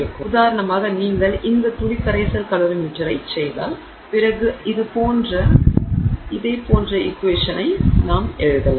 எனவே உதாரணமாக நீங்கள் இந்த துளி கரைசல் கலோரிமீட்டரைச் செய்தால் பிறகு இதேபோன்ற ஈக்வேஷன் நாம் எழுதலாம்